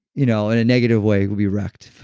you know in a negative way will be wrecked.